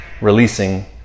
releasing